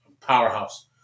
powerhouse